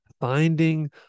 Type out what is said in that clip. Finding